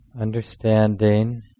understanding